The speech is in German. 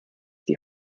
die